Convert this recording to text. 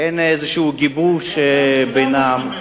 אין איזשהו גיבוש בינם,